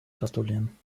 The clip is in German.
gratulieren